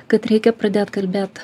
kad reikia pradėt kalbėt